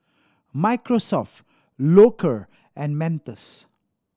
Microsoft Loacker and Mentos